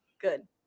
Good